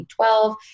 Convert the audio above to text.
2012